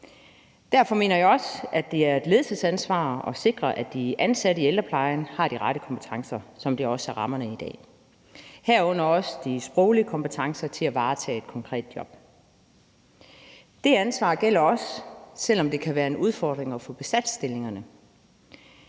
Derfor mener jeg også, at det er et ledelsesansvar at sikre, at de ansatte i ældreplejen har de rette kompetencer, ligesom det er rammerne i dag, herunder også de sproglige kompetencer til at varetage et konkret job. Det ansvar gælder også, selv om det kan være en udfordring at få besat stillingerne.